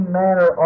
manner